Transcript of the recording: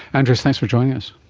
andreas, thanks for joining us.